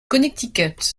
connecticut